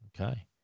okay